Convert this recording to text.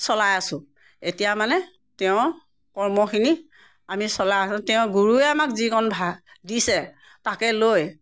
চলাই আছো এতিয়া মানে তেওঁ কৰ্মখিনি আমি চলাই আছো তেওঁ গুৰুৱে আমাক যিকণ দিছে তাকে লৈ